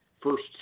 first